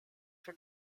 for